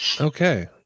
Okay